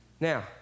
Now